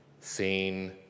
seen